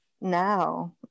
now